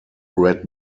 red